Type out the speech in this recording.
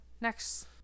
next